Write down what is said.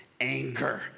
anger